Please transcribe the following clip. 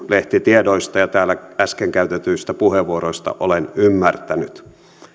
lehtitiedoista ja täällä äsken käytetyistä puheenvuoroista olen ymmärtänyt